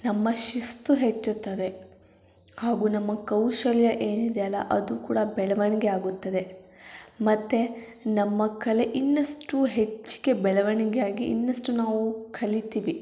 ನಮ್ಮ ಶಿಸ್ತು ಹೆಚ್ಚುತ್ತದೆ ಹಾಗೂ ನಮ್ಮ ಕೌಶಲ್ಯ ಏನಿದೆಯಲ್ಲ ಅದು ಕೂಡ ಬೆಳವಣಿಗೆ ಆಗುತ್ತದೆ ಮತ್ತು ನಮ್ಮ ಕಲೆ ಇನ್ನಷ್ಟು ಹೆಚ್ಚಿಗೆ ಬೆಳವಣಿಗೆ ಆಗಿ ಇನ್ನಷ್ಟು ನಾವು ಕಲಿತೀವಿ